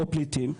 או פליטים,